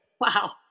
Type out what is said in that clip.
Wow